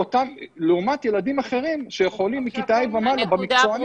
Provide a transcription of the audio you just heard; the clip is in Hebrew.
וזאת לעומת ילדים מכיתה ה' ומעלה במקצוענים